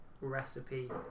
recipe